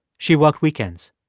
she worked weekends.